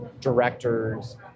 directors